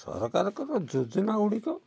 ସରକାରଙ୍କର ଯୋଜନାଗୁଡ଼ିକ